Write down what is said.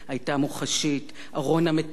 ארון המתים הידוע לשמצה,